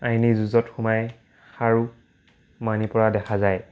আইনী যুঁজত সোমাই হাৰো মানিপৰা দেখা যায়